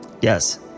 Yes